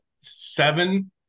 seven